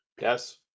yes